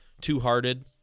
Two-Hearted